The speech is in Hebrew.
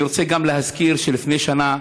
אני רוצה גם להזכיר שלפני שנה